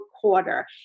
quarter